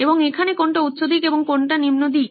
এবং এখানে কোনটা উচ্চ দিক এবং কোনটা নিম্ন দিক